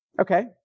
Okay